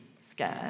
scared